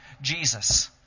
Jesus